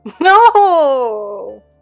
No